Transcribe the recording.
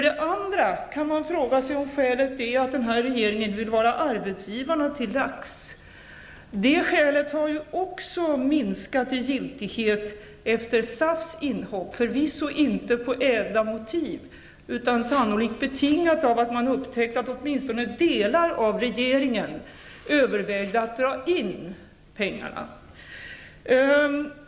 Den andra frågan är om skälet är att regeringen vill vara arbetsgivarna till lags. Det skälet har också minskat i giltighet, efter SAF:s inhopp -- förvisso inte med ädla motiv, utan sannolikt betingat av att man upptäckte att åtminstone delar av regeringen övervägde att dra in pengarna.